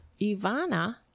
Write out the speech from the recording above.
Ivana